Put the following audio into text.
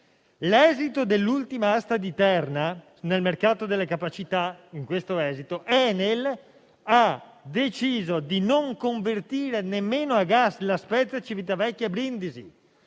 All'esito dell'ultima asta di Terna nel mercato delle capacità, Enel ha deciso di non convertire nemmeno a gas le centrali di La Spezia, Civitavecchia e Brindisi.